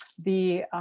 the.